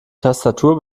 tastatur